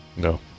No